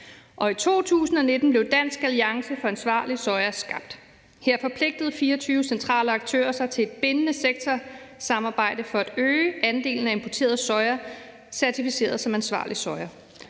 I 2019 blev Dansk Alliance for Ansvarlig Soja skabt. Her forpligtede 24 centrale aktører sig til et bindende sektorsamarbejde for at øge andelen af importeret soja, der er certificeret som ansvarlig soja.